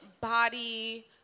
body